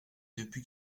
depuis